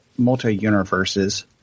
multi-universes